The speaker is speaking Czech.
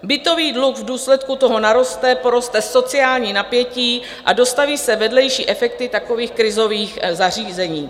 Bytový dluh v důsledku toho naroste, poroste sociální napětí a dostaví se vedlejší efekty takových krizových zařízení.